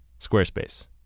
Squarespace